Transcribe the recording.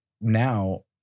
now